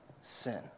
sin